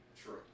True